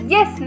Yes